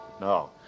No